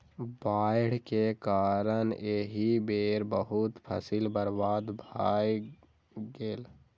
बाइढ़ के कारण एहि बेर बहुत फसील बर्बाद भअ गेल